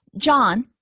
John